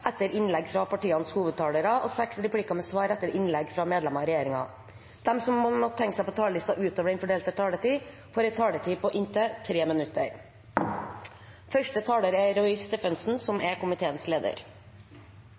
etter innlegg fra partienes hovedtalere og sju replikker med svar etter innlegg fra medlemmer av regjeringen. De som måtte tegne seg på talerlisten utover den fordelte taletid, får en taletid på inntil 3 minutter. Vår komité skulle være blant de siste som skulle ha budsjettdebatt, men vi ble den første. Det er